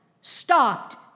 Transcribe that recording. stopped